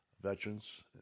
veterans